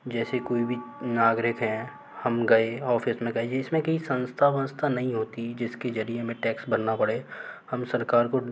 जैसे कोई भी नागरिक है हम गए ऑफिस में कहीं इस में कहीं संस्था वंस्था नहीं होती जिसके ज़रिए हमें टैक्स भरना पड़े हम सरकार को